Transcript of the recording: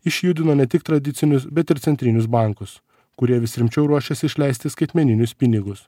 išjudino ne tik tradicinius bet ir centrinius bankus kurie vis rimčiau ruošiasi išleisti skaitmeninius pinigus